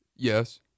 Yes